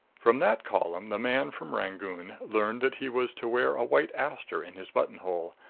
from that column the man from rangoon learned that he was to wear a white aster in his button-hole,